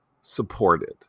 supported